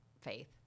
faith